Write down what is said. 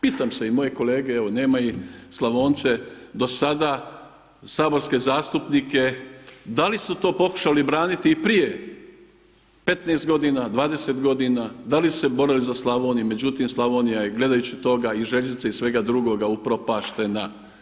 Pitam se i moje kolege, evo nema ih, Slavonce do sada saborske zastupnike da li su to pokušali i braniti prije 15 godina, 20 godina, da li su se borili za Slavoniju međutim Slavonija je gledajući toga i željeznica i svega drugoga upropaštena.